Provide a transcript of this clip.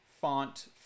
font